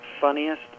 Funniest